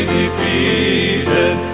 defeated